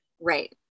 Right